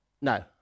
No